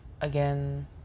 again